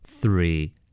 three